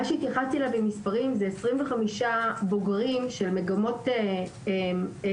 מה שהתייחסתי אליו במספרים זה: 25 בוגרים של מגמות לימודיות,